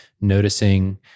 noticing